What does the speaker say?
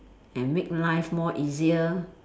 and make life more easier